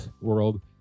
world